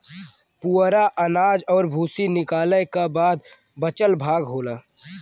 पुवरा अनाज और भूसी निकालय क बाद बचल भाग होला